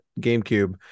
GameCube